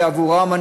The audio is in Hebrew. ועבורם,